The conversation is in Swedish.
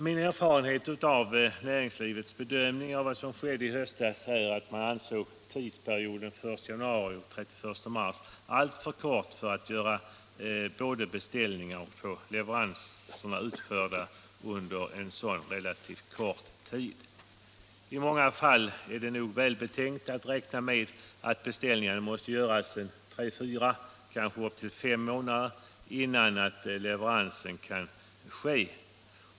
Min erfarenhet av näringslivets bedömning av vad som skedde i höstas är att man ansåg tidsperioden 1 januari-31 mars alltför kort för att både göra beställningar och få leveranserna utförda. I många fall är det välbetänkt att räkna med att beställningar måste göras tre, fyra eller kanske fem månader innan leverans kan ske.